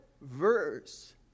verse